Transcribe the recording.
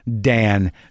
Dan